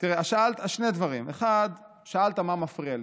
שאלת שני דברים: שאלת מה מפריע לי,